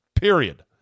period